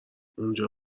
اونجا